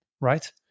right